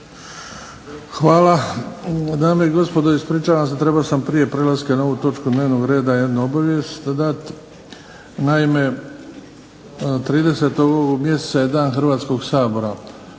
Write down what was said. Hvala. Dame i gospodo ispričavam se trebao sam prije prelaska na ovu točku dnevnog reda jednu obavijest dati. Naime, 30. ovog mjeseca je dan Hrvatskog sabora